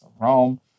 Rome